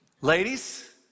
Ladies